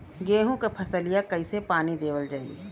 गेहूँक फसलिया कईसे पानी देवल जाई?